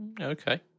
Okay